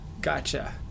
Gotcha